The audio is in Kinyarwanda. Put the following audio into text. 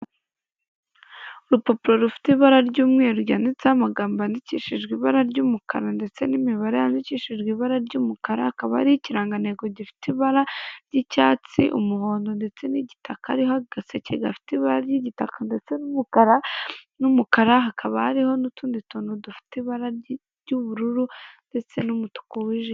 Urupapuro rufite ibara ry'umweru ryanditseho amagambo yandikishijwe ibara ry'umukara, ndetse n'imibare yandikishijwe ibara ry'umukara ,hakaba hariho ikirangantego gifite ibara ry'icyatsi, umuhondo ndetse n'igitaka hariho agaseke gafite ibara ry'igitaka ndetse n'umukara, hakaba hariho n'utundi tuntu dufite ibara ry'ubururu ndetse n'umutuku wijimye.